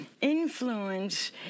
influence